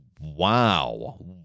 Wow